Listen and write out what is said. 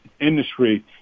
industry